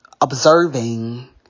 observing